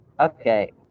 Okay